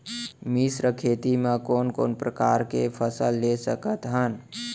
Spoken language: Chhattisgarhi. मिश्र खेती मा कोन कोन प्रकार के फसल ले सकत हन?